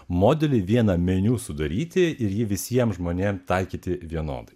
modelį vieną meniu sudaryti ir jį visiems žmonėm taikyti vienodai